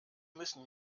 müssen